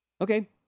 Okay